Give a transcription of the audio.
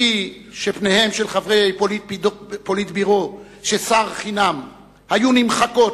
כפי שפניהם של חברי הפוליטבירו שסר חנם היו נמחקות,